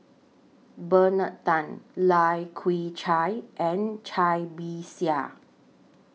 Bernard Tan Lai Kew Chai and Cai Bixia